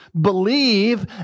believe